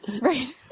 Right